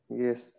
Yes